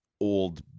old